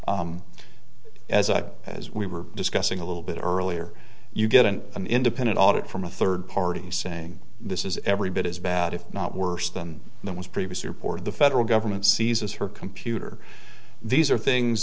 forward as i as we were discussing a little bit earlier you get an an independent audit from a third party saying this is every bit as bad if not worse than what was previously reported the federal government seizes her computer these are things